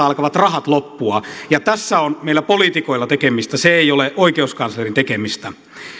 alkavat rahat loppua ja tässä on meillä poliitikoilla tekemistä se ei ole oikeuskanslerin tekemistä